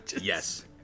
Yes